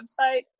website